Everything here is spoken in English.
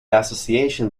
association